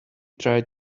tried